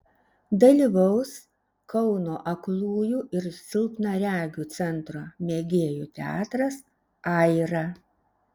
dalyvaus kauno aklųjų ir silpnaregių centro mėgėjų teatras aira